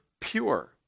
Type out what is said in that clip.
pure